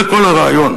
זה כל הרעיון.